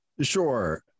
Sure